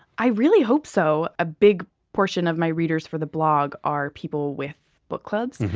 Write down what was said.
i really hope so. a big portion of my readers for the blog are people with book clubs.